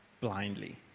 blindly